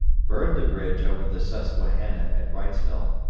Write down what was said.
burn the bridge over the susquehanna at wrightsville,